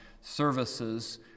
services